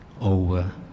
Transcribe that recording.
over